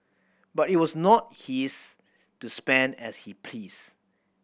but it was not his to spend as he pleased